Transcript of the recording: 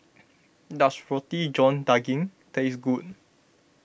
does Roti John Daging taste good